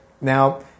now